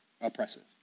oppressive